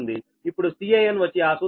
ఇప్పుడు Can వచ్చి ఆ సూత్రం అనగా 0